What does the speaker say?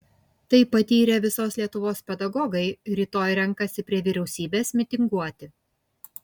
tai patyrę visos lietuvos pedagogai rytoj renkasi prie vyriausybės mitinguoti